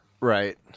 Right